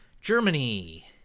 Germany